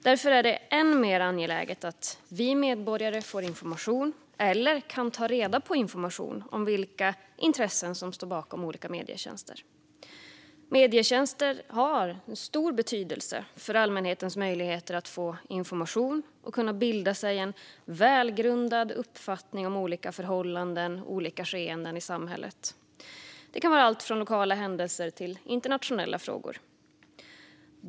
Därför är det än mer angeläget att vi medborgare får information, eller kan ta reda på information, om vilka intressen som står bakom olika medietjänster. Medietjänster har stor betydelse för allmänhetens möjligheter att få information och bilda sig en välgrundad uppfattning om olika förhållanden och skeenden i samhället, allt från lokala händelser till internationella frågor.